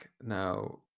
now